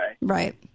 Right